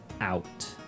out